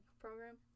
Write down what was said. program